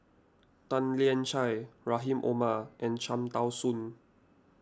Tan Lian Chye Rahim Omar and Cham Tao Soon